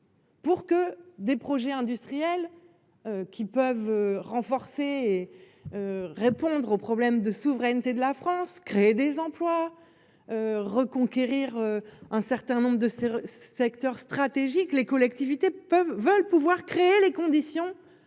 Pour que des projets industriels. Qui peuvent renforcer et. Répondre aux problèmes de souveraineté de la France, créer des emplois. Reconquérir un certain nombre de secteurs stratégiques. Les collectivités peuvent veulent pouvoir créer les conditions